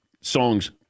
songs